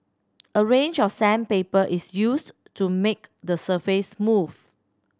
a range of sandpaper is used to make the surface smooth